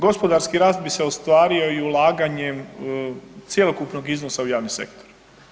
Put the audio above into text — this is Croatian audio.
Gospodarski rast bi se ostvario i ulaganjem cjelokupnog iznosa u javni sektor.